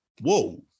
Whoa